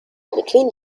between